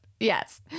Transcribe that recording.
Yes